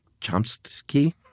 Chomsky